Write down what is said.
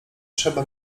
trzeba